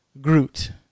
Groot